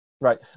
right